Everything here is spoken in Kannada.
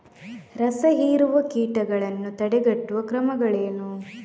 ರಸಹೀರುವ ಕೀಟಗಳನ್ನು ತಡೆಗಟ್ಟುವ ಕ್ರಮಗಳೇನು?